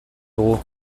dugu